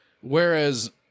whereas